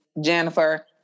Jennifer